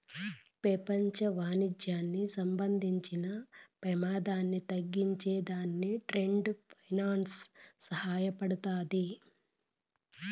పెపంచ వాణిజ్యానికి సంబంధించిన పెమాదాన్ని తగ్గించే దానికి ట్రేడ్ ఫైనాన్స్ సహాయపడతాది